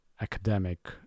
academic